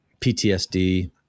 PTSD